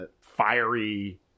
fiery